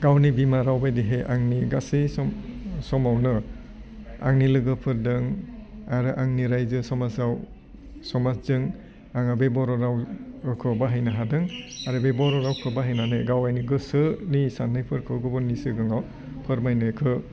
गावनि बिमा राव बायदिहाय आंनि गासै सम समावनो आंनि लोगोफोरदों आरो आंनि रायजो समाजाव समाजजों आङो बे बर' राव रावखौ बाहायनो हादों आरो बे बर' रावखौ बाहायनानै गावगावनि गोसोनि सान्नायफोरखौ गुबुननि सिगाङाव फोरमायनाइखौ